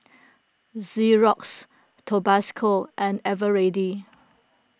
Xorex Tabasco and Eveready